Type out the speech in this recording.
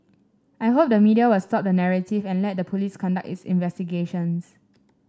I hope the media will stop the narrative and let the police conduct its investigations